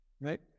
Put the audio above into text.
right